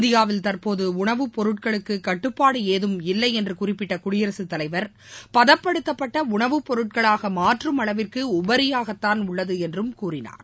இந்தியாவில் தற்போது உணவுப்பொருட்களுக்கு கட்டுப்பாடு ஏதும் இல்லை என்று குறிப்பிட்ட குடியரசுத்தலைவர் பதப்படுத்தப்பட்ட உணவுப்பொருட்களாக மாற்றும் அளவிற்கு உபரியாகத்தான் உள்ளது என்றும் கூறினார்